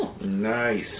Nice